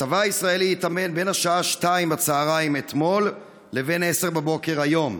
הצבא הישראלי התאמן בין השעה 14:00 אתמול לבין 10:00 היום.